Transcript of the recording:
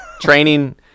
Training